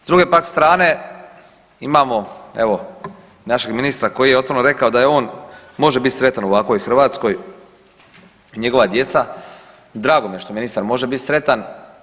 S druge pak strane imamo evo našeg ministra koji je otvoreno rekao da on može biti sretan u ovakvoj Hrvatskoj i njegova djeca i drago mi je što ministar može biti sretan.